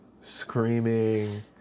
screaming